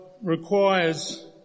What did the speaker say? requires